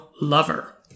lover